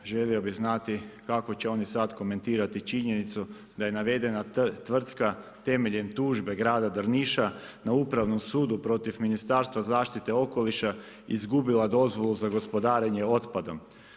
Želio bi znati, kako će oni sad komentirati činjenicu, da je navedena tvrtka, temeljem tužbe grada Drniša, na upravnom sudu, protiv Ministarstva zaštite okoliša izgubila dozvolu za gospodarenjem otpadom.